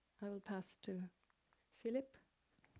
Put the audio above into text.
i will pass to filip.